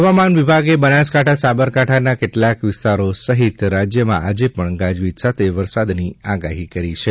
હવામાન વિભાગે બનાસકાંઠા સાંબરકાંઠાના કેટલાંક વિસ્તારોમાં આજે પણ ગાજવીજ સાથે વરસાદની આગાહી કરી છે